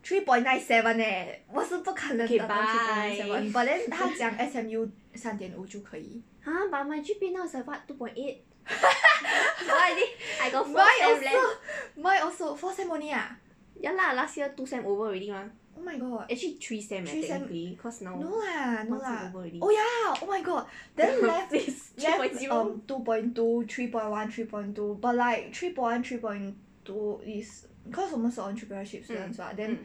three point nine seven leh 我是不可能 graduate with three point nine seven but then 他讲 S_M_U 三点五就可以 mine also mine also four sem only ah oh my god three sem no lah no lah oh ya oh my god then left left um two point two three point one three point two but like three point one three point two is cause 我们是 entrepreneurship students [what] then